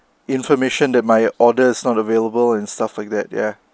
information that my order is not available and stuff like that ya